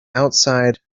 outside